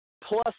plus